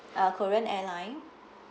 uh korean airline